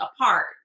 apart